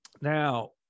Now